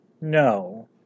No